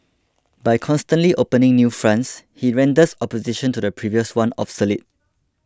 by constantly opening new fronts he renders opposition to the previous one obsolete